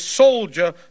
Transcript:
soldier